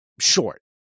short